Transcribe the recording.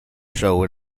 show